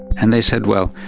and they said, well,